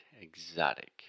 exotic